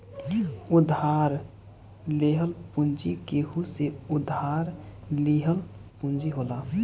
उधार लेहल पूंजी केहू से उधार लिहल पूंजी होला